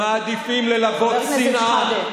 אותם אלה שיצביעו היום נגד הסכם השלום מעדיפים ללבות שנאה,